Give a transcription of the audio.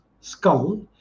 skull